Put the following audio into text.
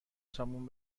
سامون